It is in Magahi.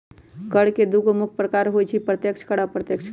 कर के दुगो मुख्य प्रकार होइ छै अप्रत्यक्ष कर आ अप्रत्यक्ष कर